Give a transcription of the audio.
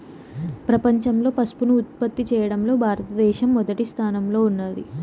ప్రపంచంలో పసుపును ఉత్పత్తి చేయడంలో భారత దేశం మొదటి స్థానంలో ఉన్నాది